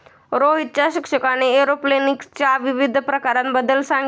रोहितच्या शिक्षकाने एरोपोनिक्सच्या विविध प्रकारांबद्दल सांगितले